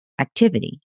activity